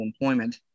employment